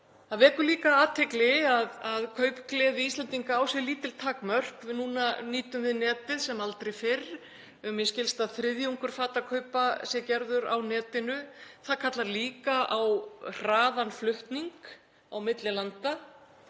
Það vekur líka athygli að kaupgleði Íslendinga á sér lítil takmörk. Núna nýtum við netið sem aldrei fyrr. Mér skilst að þriðjungur fatakaupa sé gerður á netinu. Það kallar líka á hraðan flutning á milli landa.